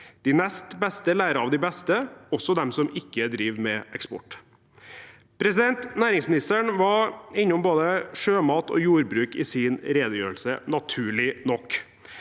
De nest beste lærer av de beste, også de som ikke driver med eksport. Næringsministeren var innom både sjømat og jordbruk i sin redegjørelse, naturlig nok.